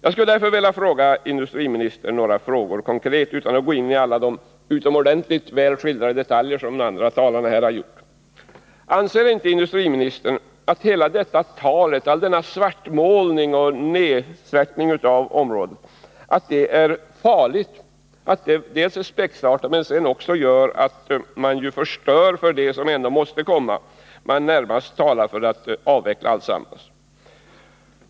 Jag vill ställa några konkreta frågor till industriministern utan att gå in på de detaljer som har skildrats så utomordentligt väl av andra talare här: Anser inte industriministern att all denna nedsvärtning av området är farlig? Dels är den spexartad, dels förstör den för det som måste göras. Man talar snarast för att avveckla alltsammans.